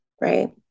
right